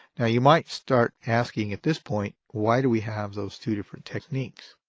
you might start asking at this point why do we have those two different techniques?